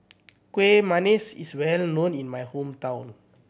Kuih Manggis is well known in my hometown